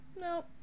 no